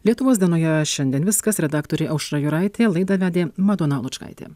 lietuvos dienoje šiandien viskas redaktorė aušra juraitė laidą vedė madona lučkaitė